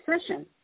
session